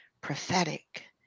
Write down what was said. prophetic